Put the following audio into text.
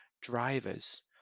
drivers